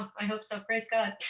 i hope so. praise god!